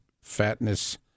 fatness